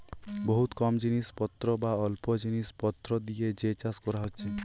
বহুত কম জিনিস পত্র বা অল্প জিনিস পত্র দিয়ে যে চাষ কোরা হচ্ছে